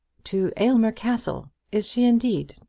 to aylmer castle! is she indeed?